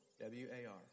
W-A-R